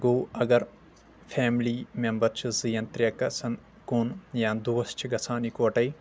گوٚو اگر family member چھِ زٕ یا ترٛےٚ گژھان کُن یا دوس چھِ گژھان یکوٹے